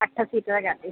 अठ सीटर गाॾी